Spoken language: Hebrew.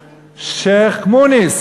שיח'-מוניס.